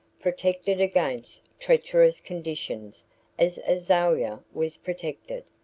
protected against treacherous conditions as azalia was protected.